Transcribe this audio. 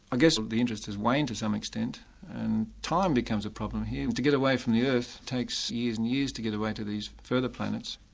guess the interest has waned to some extent and time becomes a problem here. to get away from the earth takes years and years, to get away to these farther planets.